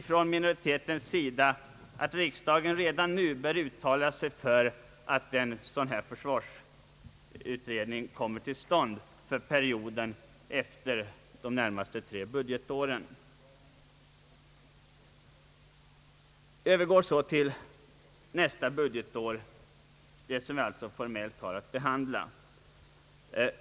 Från minoritetens sida har vi ansett att riksdagen redan nu bör uttala sig för att en försvarsutredning kommer till stånd för perioden efter de närmaste tre budgetåren. Jag övergår så till nästa budgetår, det som vi formellt har att behandla.